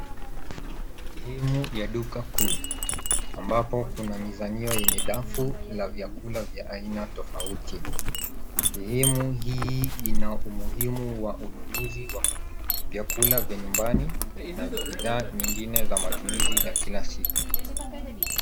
Sehemu ya duka kuu ambapo kuna mizanio yenye dafu la vyakula vya aina tofauti. Sehemu hii ina umuhimu wa ununuzi wa vyakula vya nyumbani na bidhaa nyingine za matumizi ya kila siku.